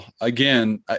again